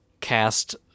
cast